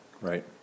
Right